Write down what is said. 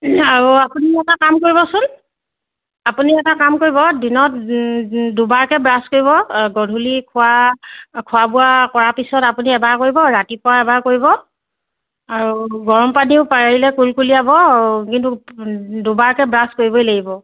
আৰু আপুনি এটা কাম কৰিবচোন আপুনি এটা কাম কৰিব দিনত দুবাৰকৈ ব্ৰাছ কৰিব গধূলি খোৱা বোৱা কৰাৰ পিছত আপুনি এবাৰ কৰিব ৰাতিপুৱা এবাৰ কৰিব আৰু গৰম পানীও পাৰিলে কুলি কুলিয়াব কিন্তু দুবাৰকৈ ব্ৰাছ কৰিবই লাগিব